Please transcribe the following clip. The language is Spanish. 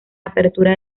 apertura